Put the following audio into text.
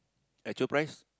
actual price